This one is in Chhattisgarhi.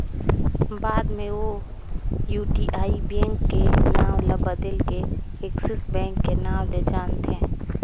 बाद मे ओ यूटीआई बेंक के नांव ल बदेल के एक्सिस बेंक के नांव ले जानथें